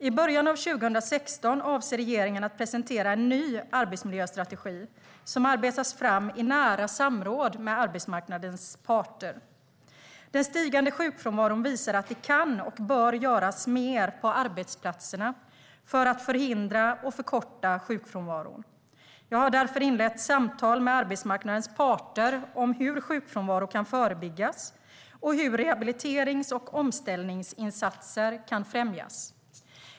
I början av 2016 avser regeringen att presentera en ny arbetsmiljöstrategi, som arbetas fram i nära samråd med arbetsmarknadens parter. Den stigande sjukfrånvaron visar att det kan och bör göras mer på arbetsplatserna för att förhindra och förkorta sjukfrånvaron. Jag har därför inlett samtal med arbetsmarknadens parter om hur sjukfrånvaro kan förebyggas och hur rehabiliterings och omställningsinsatser kan främjas.